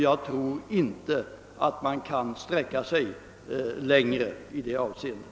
Jag tror inte man kan sträcka sig längre i det avseendet.